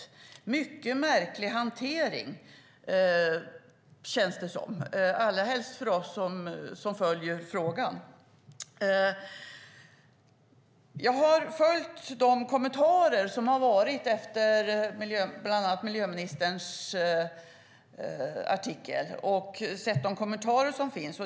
Det är en mycket märklig hantering, känns det som, allra helst för oss som följer frågan. Jag har följt de kommentarer som kommit efter miljöministerns debattartikel.